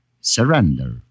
Surrender